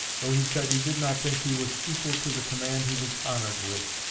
though he said he did not think he was equal to the command he was honored with.